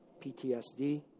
PTSD